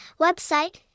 Website